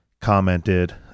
commented